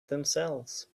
themselves